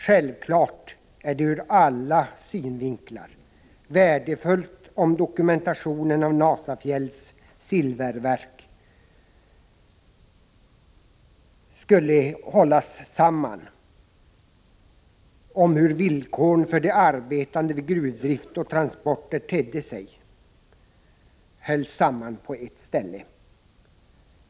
Självfallet är det ur alla synvinklar värdefullt om dokumentationen av Nasafjälls silververk och av hur villkoren för de arbetande vid gruvdrift och transporter tedde sig hålls samlad på ett ställe.